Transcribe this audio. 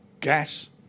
gas